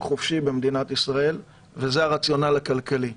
חופשי במדינת ישראל וזה הרציונל הכלכלי.